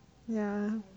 ya